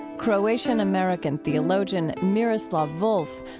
croatian-american theologian miroslav volf.